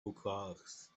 hookahs